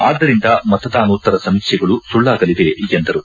ಆದ್ದರಿಂದ ಮತದಾನೋತ್ತರ ಸಮೀಕ್ಷೆಗಳು ಸುಳ್ಳಾಗಲಿವೆ ಎಂದರು